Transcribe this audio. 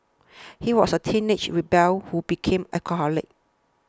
he was a teenage rebel who became alcoholic